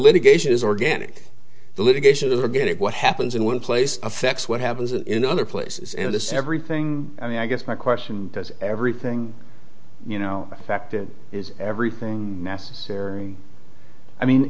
litigation is organic the litigation to get it what happens in one place affects what happens in other places and this everything i mean i guess my question does everything you know fact it is everything necessary i mean